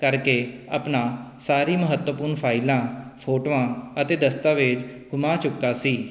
ਕਰਕੇ ਆਪਣੀ ਸਾਰੀ ਮਹੱਤਵਪੂਰਨ ਫਾਈਲਾਂ ਫੋਟੋਆਂ ਅਤੇ ਦਸਤਾਵੇਜ਼ ਗੁਮਾ ਚੁੱਕਾ ਸੀ